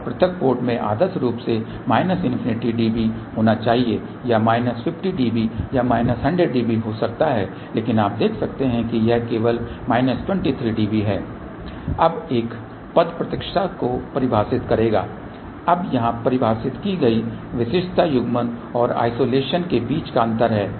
और पृथक पोर्ट में आदर्श रूप से माइनस इन्फिनिटी dB होना चाहिए या माइनस 50 dB या माइनस 100 dB हो सकता है लेकिन आप देख सकते हैं कि यह केवल माइनस 23 dB है अब एक पद प्रत्यक्षता को परिभाषित करेगा अब यहाँ परिभाषित की गई विशिष्टता युग्मन और आइसोलेशन के बीच का अंतर है